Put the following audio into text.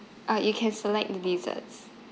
uh you can select the desserts